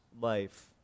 life